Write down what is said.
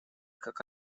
как